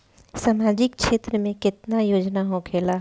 सामाजिक क्षेत्र में केतना योजना होखेला?